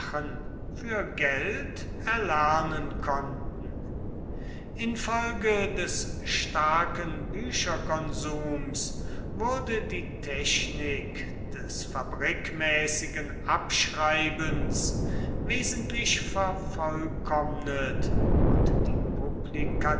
für geld erlernen konnten infolge des starken bücherkonsums wurde die technik des fabrikmäßigen abschreibens wesentlich vervollkommnet und die